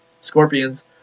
scorpions